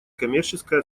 коммерческой